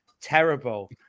terrible